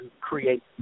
create